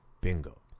Bingo